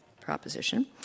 proposition